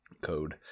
code